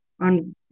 on